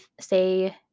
say